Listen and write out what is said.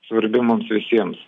svarbi mums visiems